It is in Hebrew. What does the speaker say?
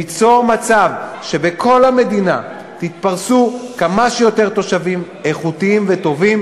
ליצור מצב שבכל המדינה יתפרסו כמה שיותר תושבים איכותיים וטובים.